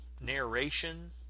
narration